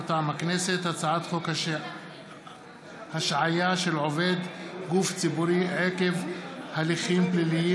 מטעם הכנסת: הצעת חוק השעיה של עובד גוף ציבורי עקב הליכים פליליים,